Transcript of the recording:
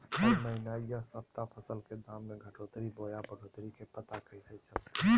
हरी महीना यह सप्ताह फसल के दाम में घटोतरी बोया बढ़ोतरी के पता कैसे चलतय?